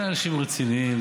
אלה אנשים רציניים.